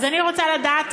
אז אני רוצה לדעת,